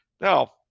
Now